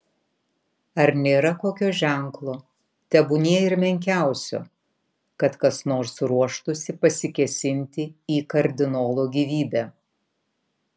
ar nėra kokio ženklo tebūnie ir menkiausio kad kas nors ruoštųsi pasikėsinti į kardinolo gyvybę